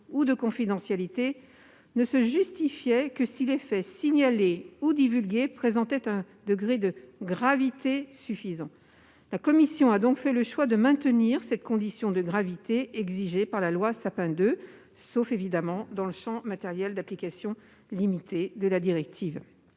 ou de confidentialité, ne se justifiait que si les faits signalés ou divulgués présentaient un degré de gravité suffisant. La commission a donc fait le choix de maintenir cette condition de gravité exigée par la loi Sapin II, sauf évidemment dans le champ matériel d'application de la directive